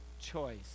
choice